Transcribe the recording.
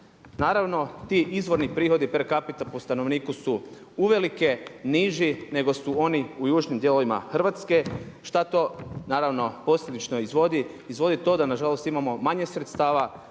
Naravno ti izvorni prihodi per capita po stanovniku su uvelike niži nego su oni u južnim dijelovima Hrvatske. Šta to naravno posljedično izvodi, izvodi to da nažalost imamo manje sredstava